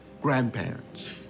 grandparents